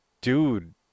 dude